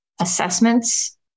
Assessments